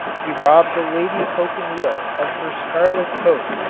he robbed the lady cochineal of her scarlet coat.